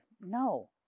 no